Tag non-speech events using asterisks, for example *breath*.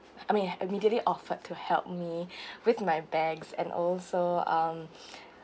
I mean immediately offered to help me with my bags and also um *breath*